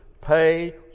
Pay